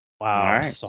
Wow